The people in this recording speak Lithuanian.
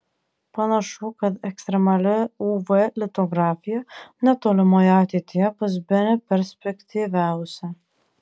panašu kad ekstremali uv litografija netolimoje ateityje bus bene perspektyviausia